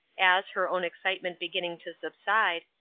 as, her own excitement beginning to subside,